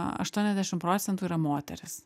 aštuoniasdešimt procentų yra moterys